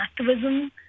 activism